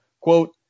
quote